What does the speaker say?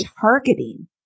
targeting